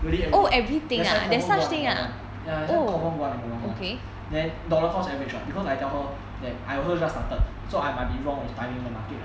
really everything that's why confirm won't wrong [one] ya that's why confirm wont in the wrong [one] then dollar cost average [what] because I tell her that I also just started so I might be wrong with studying the market